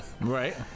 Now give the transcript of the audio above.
right